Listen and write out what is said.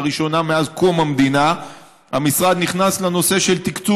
לראשונה מאז קום המדינה המשרד נכנס לנושא של תקצוב